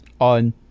on